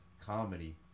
comedy